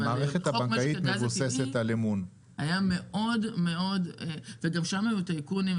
אבל משק הגז הטבעי גם שם היו טייקונים,